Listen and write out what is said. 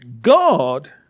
God